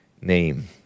name